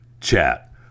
chat